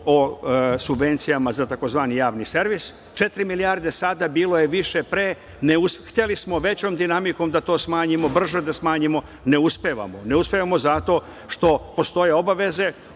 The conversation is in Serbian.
o subvencijama za tzv. Javni servis, četiri milijarde sada bilo je više pre, hteli smo većom dinamikom da to smanjimo, brže da smanjimo, ne uspevamo. Ne uspevamo zato što postoje obaveze